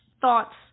thoughts